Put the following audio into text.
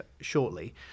shortly